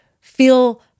feel